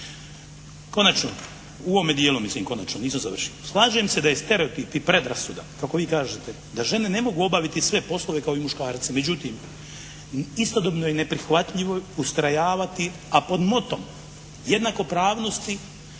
Konačno, u ovome dijelu mislim konačno, nisam završio. Slažem se da je stereotip i predrasuda kako vi kažete da žene ne mogu obaviti sve poslove kao i muškarci, međutim istodobno je i neprihvatljivo ustrajavati, a pod motom jednakopravnosti